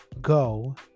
go